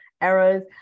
errors